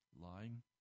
lying